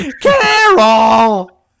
Carol